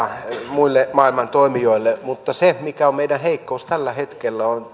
muille maailman toimijoille niin se mikä on meidän heikkoutemme tällä hetkellä on